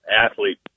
athlete